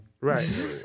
Right